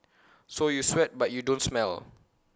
so you sweat but you don't smell